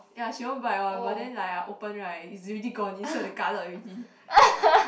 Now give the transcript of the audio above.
ya she won't bite one but then like I open right it's already gone inside the gullet already